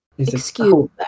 Excuse